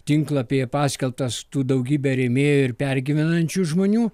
tinklapyje paskelbtas tų daugybę rėmėjų ir pergyvenančių žmonių